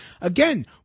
Again